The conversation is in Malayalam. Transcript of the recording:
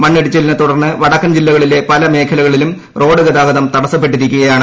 മണ്ണിടിച്ചിലിനെ തുടർന്ന് വടക്കൻ ജില്ലകളിലെ പല മേഖലകളിലും റോഡ് ഗതാഗതം തടസ്സപ്പെട്ടിരിക്കുകയാണ്